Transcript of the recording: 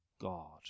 God